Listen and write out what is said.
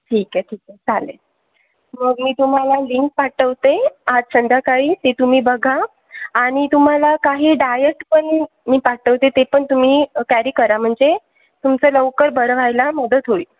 ठीक आहे ठीक आहे चालेल मग मी तुम्हाला लिंक पाठवते आज संध्याकाळी ते तुम्ही बघा आणि तुम्हाला काही डायट पण मी पाठवते ते पण तुम्ही कॅरी करा म्हणजे तुमचं लवकर बरं व्हायला मदत होईल